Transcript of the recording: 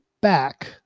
back